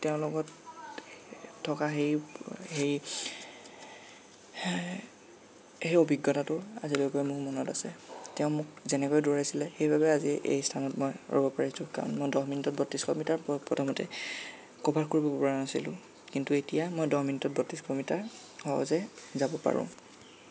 তেওঁৰ লগত থকা সেই সেই সেই অভিজ্ঞতাটো আজিলৈকে মোৰ মনত আছে তেওঁ মোক যেনেকৈ দৌৰাইছিলে সেইবাবে আজি এই স্থানত মই ৰ'ব পাৰিছোঁ কাৰণ মই দহ মিনিটত বত্ৰিছশ মিটাৰ প্ৰথমতে কভাৰ কৰিব পৰা নাছিলোঁ কিন্তু এতিয়া মই দহ মিনিটত বত্ৰিছশ মিটাৰ সহজে যাব পাৰোঁ